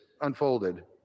unfolded